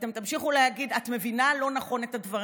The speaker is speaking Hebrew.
ואתם תמשיכו להגיד: את מבינה לא נכון את הדברים.